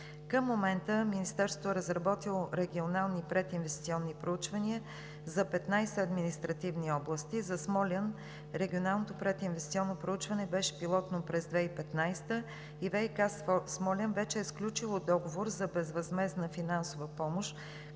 Към момента Министерството е разработило регионални прединвестиционни проучвания за 15 административни области. За Смолян регионалното прединвестиционно проучване беше пилотно през 2015 г. и ВиК – Смолян, вече е сключило договор за безвъзмездна финансова помощ